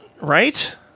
Right